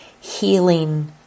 healing